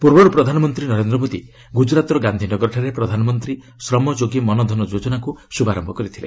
ପୂର୍ବରୁ ପ୍ରଧାନମନ୍ତ୍ରୀ ନରେନ୍ଦ୍ର ମୋଦି ଗୁଜରାତ୍ର ଗାନ୍ଧିନଗରଠାରେ ପ୍ରଧାନମନ୍ତ୍ରୀ ଶ୍ରମଯୋଗୀ ମନଧନ ଯୋଜନାକୁ ଶୁଭାରମ୍ଭ କରିଥିଲେ